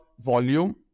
volume